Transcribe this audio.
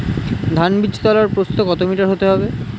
ধান বীজতলার প্রস্থ কত মিটার হতে হবে?